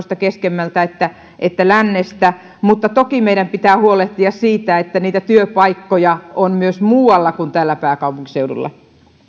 keskemmältä että että lännestä mutta toki meidän pitää huolehtia siitä että niitä työpaikkoja on myös muualla kuin täällä pääkaupunkiseudulla